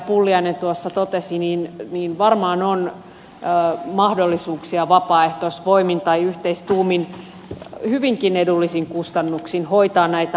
pulliainen tuossa totesi niin varmaan on mahdollisuuksia vapaaehtoisvoimin tai yhteistuumin hyvinkin edullisin kustannuksin hoitaa näitä asioita